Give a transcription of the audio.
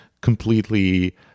completely